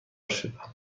شدم